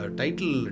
title